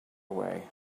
away